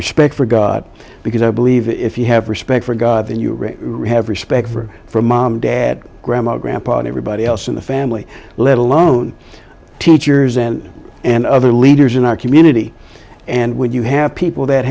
respect for god because i believe if you have respect for god then you have respect for for mom dad grandma grandpa and everybody else in the family let alone teachers and and other leaders in our community and when you have people that